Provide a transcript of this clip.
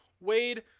Wade